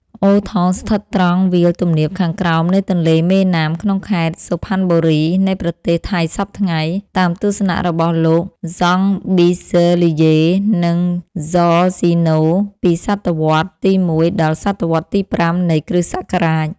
អូថង ស្ថិតត្រង់វាលទំនាបខាងក្រោមនៃទន្លេមេណាម ក្នុងខេត្ត សុផាន់បូរី នៃប្រទេសថៃសព្វថ្ងៃ តាមទស្សនរបស់លោក ហ្សង់បីសសឺលីយេ និង ហ្សហ្សីណូ ពីសតវត្សរ៍ទី១ ដល់ សតវត្សរ៍ទី៥ នៃគ្រិស្តសករាជ ។